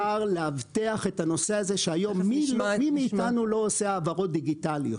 לאבטח את הנושא הזה שהיום מי מאיתנו לא עושה העברות דיגיטליות?